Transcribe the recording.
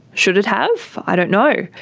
should it have? i don't know.